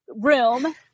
room